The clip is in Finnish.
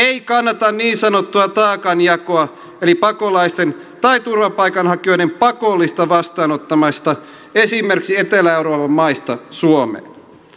ei kannata niin sanottua taakanjakoa eli pakolaisten tai turvapaikanhakijoiden pakollista vastaanottamista esimerkiksi etelä euroopan maista suomeen